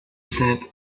said